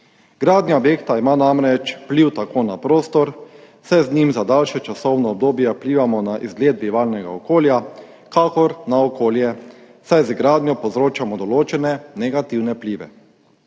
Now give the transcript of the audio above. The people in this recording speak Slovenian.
Gradnja objekta ima namreč vpliv tako na prostor, saj z njim za daljše časovno obdobje vplivamo na izgled bivalnega okolja, kakor na okolje, saj z gradnjo povzročamo določene negativne vplive.